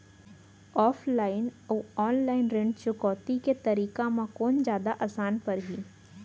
Offline अऊ online ऋण चुकौती के तरीका म कोन जादा आसान परही?